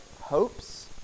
hopes